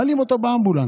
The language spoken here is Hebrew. מעלים אותו באמבולנס